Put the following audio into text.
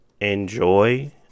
enjoy